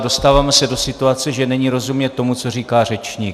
Dostáváme se do situace, že není rozumět tomu, co říká řečník.